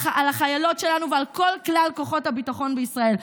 החיילות שלנו ועל כלל כוחות הביטחון בישראל.